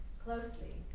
closely.